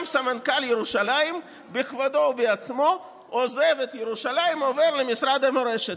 גם סמנכ"ל ירושלים בכבודו ובעצמו עוזב את ירושלים ועובר למשרד המורשת.